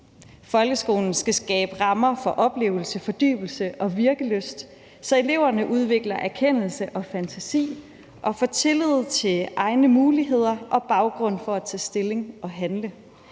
Folkeskolen skal skabe rammer for oplevelser, fordybelse og virkelyst, så eleverne udvikler erkendelse og fantasi og får tillid til egne muligheder og baggrund for at tage stilling og handle.